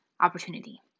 opportunity